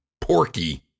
Porky